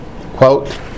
quote